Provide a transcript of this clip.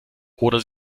oder